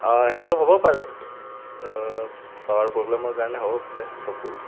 অ সেইটো হ'ব পাৰে পাৱাৰ প্ৰব্লেমৰ কাৰণে হ'ব পাৰে চকুৰ